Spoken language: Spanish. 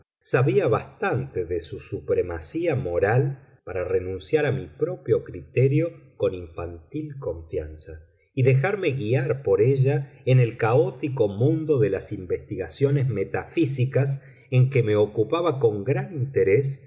sabía bastante de su supremacía moral para renunciar a mi propio criterio con infantil confianza y dejarme guiar por ella en el caótico mundo de las investigaciones metafísicas en que me ocupaba con gran interés